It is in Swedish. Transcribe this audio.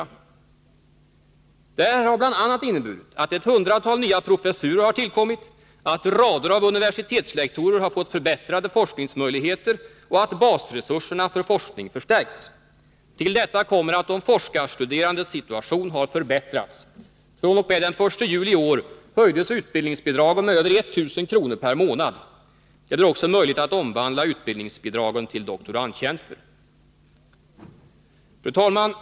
Det har bl.a. inneburit att ett hundratal nya professurer har tillkommit, att rader av universitetslektorer har fått förbättrade forskningsmöjligheter och att basresurserna för forskning har förstärkts. Till detta kommer att de forskarstuderandes situation har förbättrats. fr.o.m. den 1 juli i år höjdes utbildningsbidragen med över 1 000 kr. per månad. Det blir också möjligt att omvandla utbildningsbidragen till doktorandtjänster.